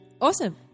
Awesome